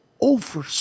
over